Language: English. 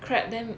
crab then